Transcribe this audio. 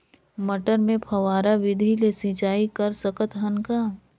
मटर मे फव्वारा विधि ले सिंचाई कर सकत हन का?